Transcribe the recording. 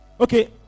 Okay